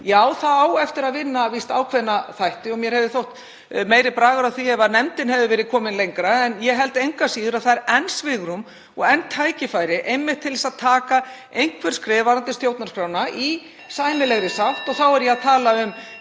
á víst eftir að vinna ákveðna þætti og mér hefði þótt meiri bragur á því ef nefndin hefði verið komin lengra. En ég held engu að síður að það sé enn svigrúm og enn tækifæri einmitt til að taka einhver skref varðandi stjórnarskrána í sæmilegri sátt (Forseti hringir.) og þá er ég að tala um